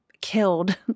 killed